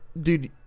Dude